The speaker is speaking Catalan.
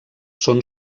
són